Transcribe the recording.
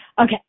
Okay